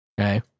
okay